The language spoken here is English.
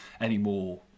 anymore